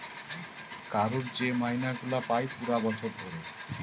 কারুর যে মাইনে গুলা পায় পুরা বছর ধরে